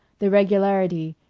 the regularity,